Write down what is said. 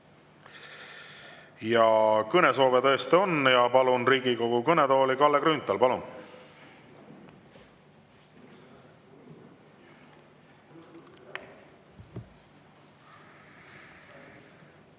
Kõnesoov tõesti on ja palun Riigikogu kõnetooli Kalle Grünthali. Palun!